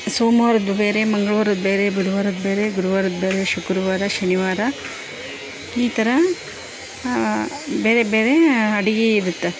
ಸೋಮವಾರದ್ ಬೇರೆ ಮಂಗ್ಳವಾರದ್ದು ಬೇರೆ ಬುಧವಾರದ್ ಬೇರೆ ಗುರುವಾರದ್ದು ಬೇರೆ ಶುಕ್ರವಾರ ಶನಿವಾರ ಈ ಥರ ಬೇರೆ ಬೇರೆ ಅಡುಗೆ ಇರುತ್ತೆ